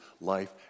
life